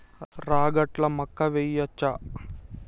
రాగట్ల మక్కా వెయ్యచ్చా?